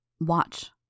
Watch